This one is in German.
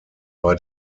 bei